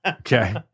Okay